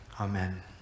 amen